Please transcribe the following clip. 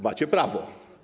Macie prawo.